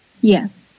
yes